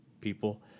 people